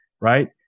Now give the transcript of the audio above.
right